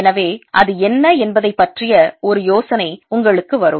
எனவே அது என்ன என்பதைப் பற்றிய ஒரு யோசனை உங்களுக்கு வரும்